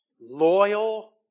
loyal